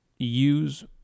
use